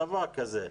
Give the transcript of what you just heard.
צבא כזה.